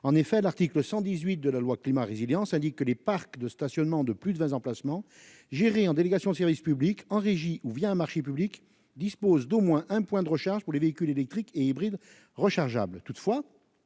en effet l'article 118 de la loi climat et résilience indique que les parcs de stationnement de plus de 20 emplacements gérée en délégation de service public en régie ou via un marché public dispose d'au moins un point de recharge pour les véhicules électriques et hybrides rechargeables